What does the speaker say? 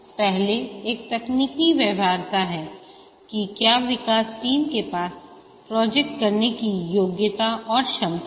पहले एक तकनीकी व्यवहार्यता है कि क्या विकास टीम के पास प्रोजेक्ट करने की योग्यता और क्षमता है